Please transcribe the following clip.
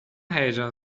هیجان